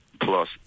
plus